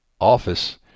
office